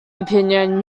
opinion